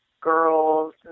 girls